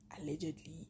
allegedly